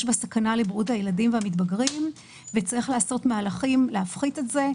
יש בה סכנה לבריאות הילדים והמתבגרים וצריך לעשות מהלכים להפחית את זה,